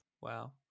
Wow